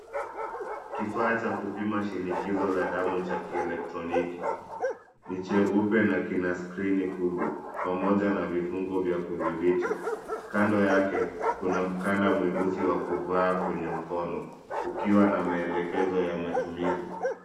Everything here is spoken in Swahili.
Kifaa cha kupima shinikizo la damu cha kielektroniki. Ni cheupe na kina skrini kubwa pamoja na vifungo vya kudhibiti. Kando yake kuna mkanda mweusi wa kuvaa kwenye mkono ukiwa na maelekezo ya matumizi.